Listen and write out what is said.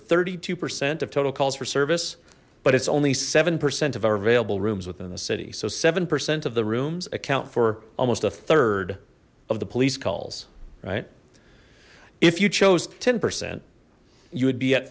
thirty two percent of total calls for service but it's only seven percent of our available rooms within the city so seven percent of the rooms account for almost a third of the police calls right if you chose ten percent you would be at